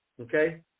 Okay